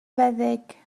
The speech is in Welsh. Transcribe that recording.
feddyg